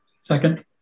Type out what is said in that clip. Second